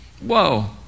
Whoa